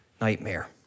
nightmare